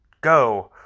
go